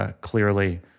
Clearly